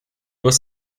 was